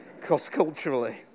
cross-culturally